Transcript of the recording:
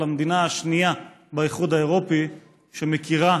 למדינה השנייה באיחוד האירופי שמכירה